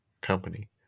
company